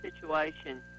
situation